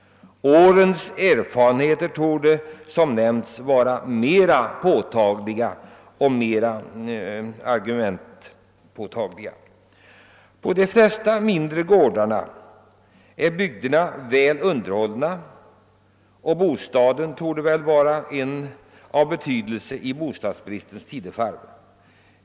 Årens erfarenheter torde, som nämnts, vara mera påtagliga och utgöra mera bärande argument. På de flesta mindre gårdarna är byggnaderna väl underhållna, och bostaden är väl av betydelse i bostadsbristens tidevarv.